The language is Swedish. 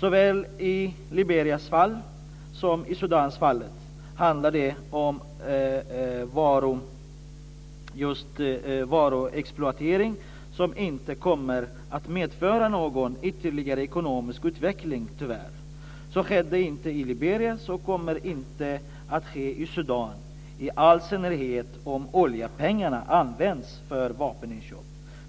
Såväl i fallet Liberia som i fallet Sudan handlar det om varuexploatering som tyvärr inte kommer att medföra någon ytterligare ekonomisk utveckling. Så skedde inte i Liberia, och så kommer inte att ske i Sudan. Det gäller i all synnerhet om oljepengarna används för vapeninköp.